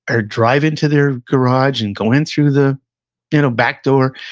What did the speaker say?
or drive into their garage and go in through the you know back door,